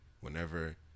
Whenever